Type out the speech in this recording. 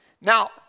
Now